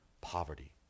poverty